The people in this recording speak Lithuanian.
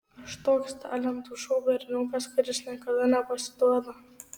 aš toks talentų šou berniukas kuris niekada nepasiduoda